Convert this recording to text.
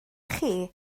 chi